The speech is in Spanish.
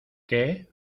qué